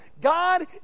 God